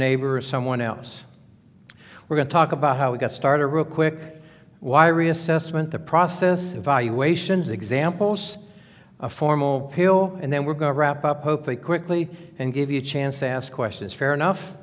neighbor or someone else we're going talk about how we got started real quick why reassessment the process evaluations examples of formal pill and then we're going to wrap up hopefully quickly and give you a chance to ask questions fair enough